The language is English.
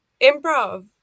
improv